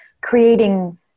creating